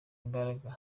imbaraga